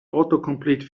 autocomplete